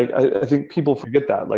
i think people forget that. like